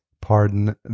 Pardon